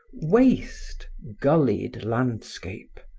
waste, gullied landscape.